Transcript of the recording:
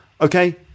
Okay